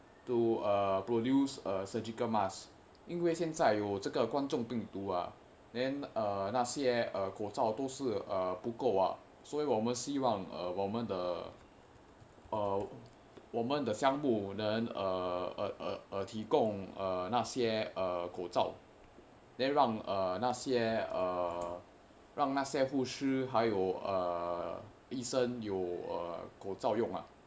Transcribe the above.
to uh produce a surgical mask 因为现在有这个观众病毒啊 then err 那些呃口罩都都是不够啊所以我们希望我们的哦我们的项目能提供哪些口罩让那些护士和医生能有口罩用啊:nei xie eai kou zhao dou dou shi bu gou a suo yi wo men xi wang wo men de o wo men de xiang mu neng ti gong nei xie kou zhao rang nei xie hu shi hehuohu yi sheng neng you kou zhao yong a